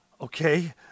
okay